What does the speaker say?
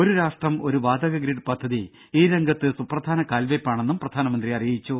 ഒരു രാഷ്ട്രം ഒരു വാതക ഗ്രിഡ് പദ്ധതി ഈരംഗത്ത് സുപ്രധാന കാൽവെപ്പാണെന്നും പ്രധാനമന്ത്രി അറിയിച്ചു